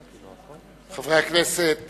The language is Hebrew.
חבר הכנסת